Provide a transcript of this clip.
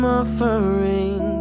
offering